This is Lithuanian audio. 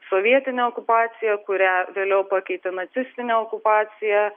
sovietinė okupacija kurią vėliau pakeitė nacistinė okupacija